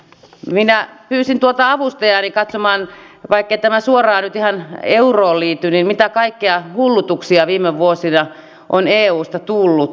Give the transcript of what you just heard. minä pyysin avustajaani katsomaan vaikkei tämä suoraan nyt ihan euroon liity mitä kaikkia hullutuksia viime vuosina on eusta tullut